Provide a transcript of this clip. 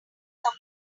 some